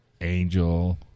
angel